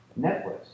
Netflix